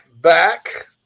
back